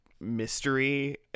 mystery